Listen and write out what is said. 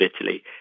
Italy